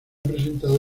presentado